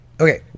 Okay